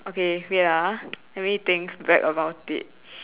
okay wait ah let me think back about it